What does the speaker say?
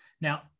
Now